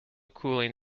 cooling